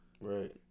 right